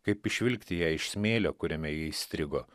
kaip išvilkti ją iš smėlio kuriame ji įstrigo